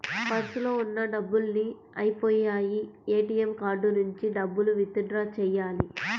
పర్సులో ఉన్న డబ్బులన్నీ అయ్యిపొయ్యాయి, ఏటీఎం కార్డు నుంచి డబ్బులు విత్ డ్రా చెయ్యాలి